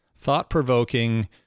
thought-provoking